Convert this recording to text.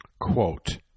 quote